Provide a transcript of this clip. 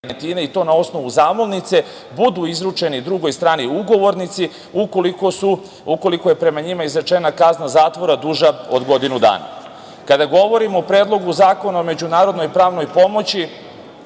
i to na osnovu zamolnice budu izručeni drugoj strani ugovornici, ukoliko je prema njima izrečena kazna zatvora duža od godinu dana. Kada govorimo o Predlogu Zakona o međunarodnoj pravnoj pomoći,